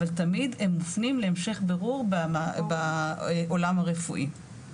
אבל תמיד הם מופנים להמשך בירור בעולם הרפואי.